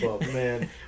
man